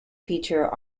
feature